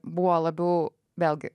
buvo labiau vėlgi